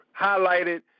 highlighted